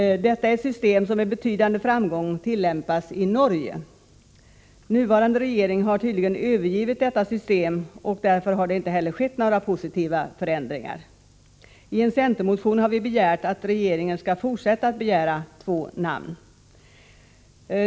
Detta är ett system som med betydande framgång tillämpas i Norge. Den nuvarande regeringen har tydligen övergivit detta system, och därför har det inte heller skett några positiva förändringar. I en centermotion har vi begärt att regeringen skall fortsätta att begära två namn.